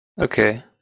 Okay